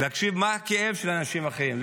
בלי להקשיב מה הכאב של אנשים אחרים.